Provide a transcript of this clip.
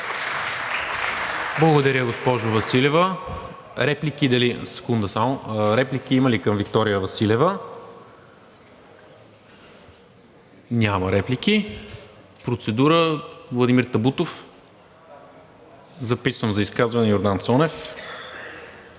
Благодаря, госпожо Василева. Реплики има ли към Виктория Василева? Няма. Процедура – Владимир Табутов, записвам за изказване Йордан Цонев.